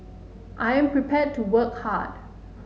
I am prepared to work hard